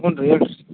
ಹ್ಞೂ ರೀ ಹೇಳ್ ರೀ